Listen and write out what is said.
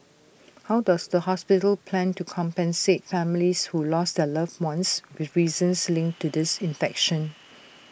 how does the hospital plan to compensate families who lost their loved ones with reasons linked to this infection